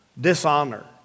dishonor